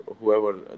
whoever